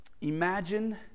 Imagine